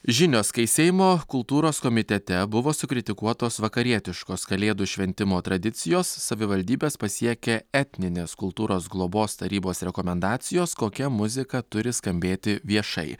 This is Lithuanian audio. žinios kai seimo kultūros komitete buvo sukritikuotos vakarietiškos kalėdų šventimo tradicijos savivaldybes pasiekė etninės kultūros globos tarybos rekomendacijos kokia muzika turi skambėti viešai